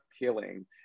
appealing